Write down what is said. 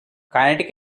kinetic